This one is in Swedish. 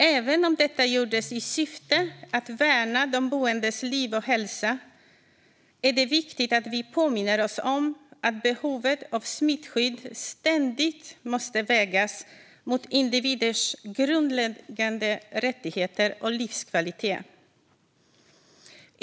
Även om detta gjordes i syfte att värna de boendes liv och hälsa är det viktigt att vi påminner oss om att behovet av smittskydd ständigt måste vägas mot individers grundläggande rättigheter och livskvalitet.